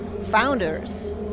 founders